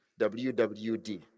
WWD